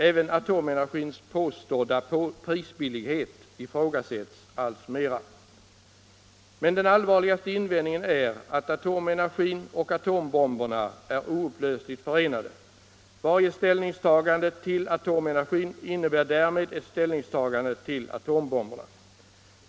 Även atomenergins påstådda prisbillighet ifrågasätts alltmera. Men den allvarligaste invändningen är att atomenergin och atombomberna är oupplösligt förenade. Varje ställningstagande till atomenergin innebär därmed ett ställningstagande till atombomberna.